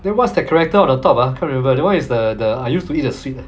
then what's the character of the top ah can't remember that one is the the I used to eat the sweet